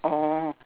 oh